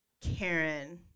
Karen